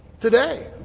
today